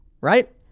right